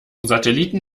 satelliten